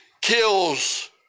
kills